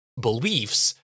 beliefs